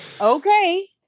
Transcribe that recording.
okay